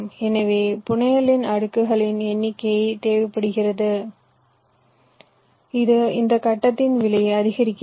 எனவே புனையலின் அடுக்குகளின் எண்ணிக்கை தேவைப்படுகிறது இது இந்த கட்டத்தின் விலையை அதிகரிக்கிறது